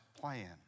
plan